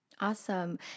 Awesome